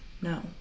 No